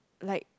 like